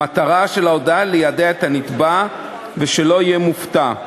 המטרה של ההודעה, ליידע את הנתבע, שלא יהיה מופתע,